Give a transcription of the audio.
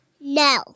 No